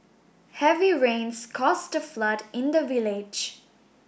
heavy rains caused a flood in the village